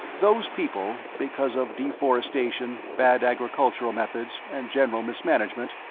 those people, because of deforestation, bad agricultural methods and general mismanagement,